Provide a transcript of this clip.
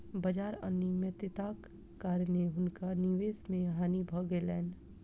बाजार अनियमित्ताक कारणेँ हुनका निवेश मे हानि भ गेलैन